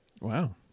Wow